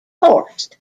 horst